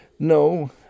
No